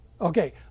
Okay